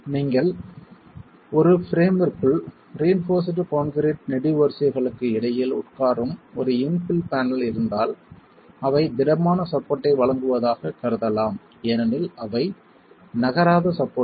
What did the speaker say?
நீங்கள் ஒரு பிரேம்ற்குள் ரியின்போர்ஸ்ட் கான்கிரீட் நெடுவரிசைகளுக்கு இடையில் உட்காரும் ஒரு இன்பில் பேனல் இருந்தால் அவை திடமான சப்போர்ட் ஐ வழங்குவதாகக் கருதலாம் ஏனெனில் அவை நகராத சப்போர்ட்கள்